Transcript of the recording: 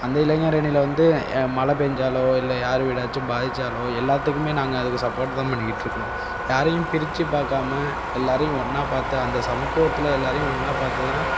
அந்த இளைஞர் அணியில் வந்து மழை பேய்ஞ்சாலோ இல்லை யார் வீடாச்சும் பாதித்தாலோ எல்லாத்துக்கும் நாங்கள் அதுக்கு சப்போர்ட் தான் பண்ணிகிட்டு இருக்கிறோம் யாரையும் பிரித்து பார்க்காம எல்லோரையும் ஒன்றா பார்த்து அந்த சமத்துவத்தில் எல்லோரையும் ஒன்றா பார்த்துதான்